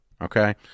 okay